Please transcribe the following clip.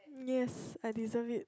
yes I deserve it